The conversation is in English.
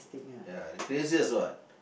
ya craziest what